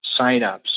signups